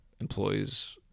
employees